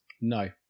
no